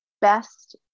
best